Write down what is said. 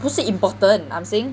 不是 important I'm saying